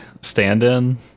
stand-in